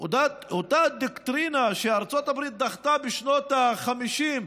אותה דוקטרינה שארצות הברית דחתה בשנות ה-50,